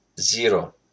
zero